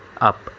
up